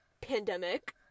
pandemic